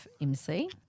MC